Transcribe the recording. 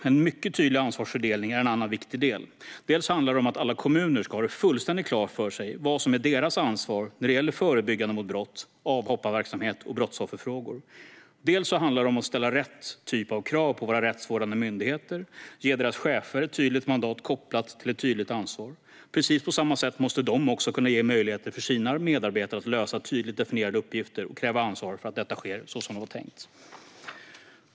En mycket tydlig ansvarsfördelning är en annan viktig del. Dels handlar det om att alla kommuner ska ha fullständigt klart för sig vad som är deras ansvar när det gäller förebyggande av brott samt avhopparverksamhet och brottsofferfrågor. Dels handlar det om att ställa rätt typ av krav på våra rättsvårdande myndigheter och ge deras chefer ett tydligt mandat kopplat till ett tydligt ansvar. Precis på samma sätt måste de också kunna ge möjligheter för sina medarbetare att lösa tydligt definierade uppgifter och kräva ansvar för att detta sker så som det var tänkt.